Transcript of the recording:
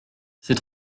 c’est